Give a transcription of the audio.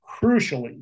crucially